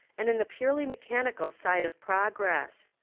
and in the purely mechanical side of progress.